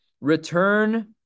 Return